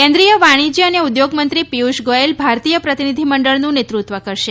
કેન્દ્રિય વાણિશ્ચ્ય અને ઉદ્યોગ મંત્રી પિયૂષ ગોયલ ભારતીય પ્રતિનિધિમંડળનું નેતૃત્વ કરશે